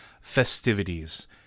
festivities